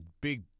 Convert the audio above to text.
big